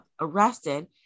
arrested